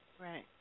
Right